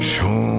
Show